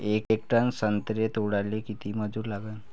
येक टन संत्रे तोडाले किती मजूर लागन?